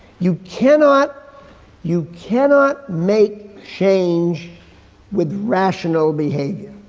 you cannot you cannot make change with rational behavior.